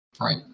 Right